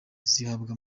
zihabwa